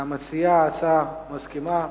ומציעת ההצעה מסכימה.